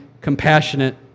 compassionate